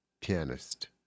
pianist